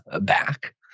back